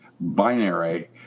binary